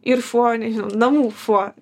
ir šuo nežinau namų šuo